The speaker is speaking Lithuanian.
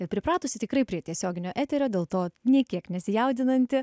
ir pripratusi tikrai prie tiesioginio eterio dėl to nei kiek nesijaudinanti